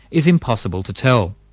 is impossible to tell.